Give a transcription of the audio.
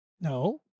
No